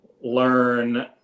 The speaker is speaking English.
learn